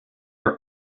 are